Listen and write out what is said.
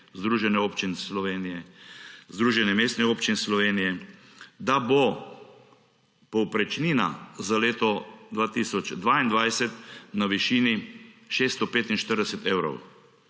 Združenje občin Slovenije, Združenje mestnih občin Slovenije –, da bo povprečnina za leto 2022 na višini 645 evrov,